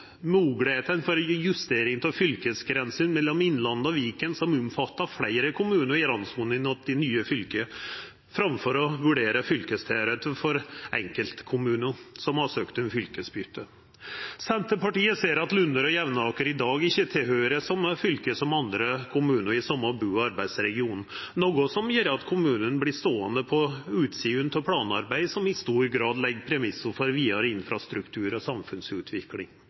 moglegheitene for å justera fylkesgrensene mellom Innlandet og Viken som omfattar fleire kommunar i randsonene til dei nye fylka, framfor å vurdera kva fylke enkeltkommunar som har søkt om fylkesbyte, høyrer til. Senterpartiet ser at Lunner og Jevnaker i dag ikkje høyrer til det same fylket som andre kommunar i den same bu- og arbeidsregionen, noko som gjer at kommunen vert ståande på utsida av planarbeid som i stor grad legg premissa for vidare infrastruktur og samfunnsutvikling.